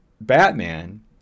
batman